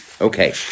Okay